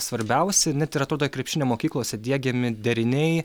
svarbiausi net ir atrodo krepšinio mokyklose diegiami deriniai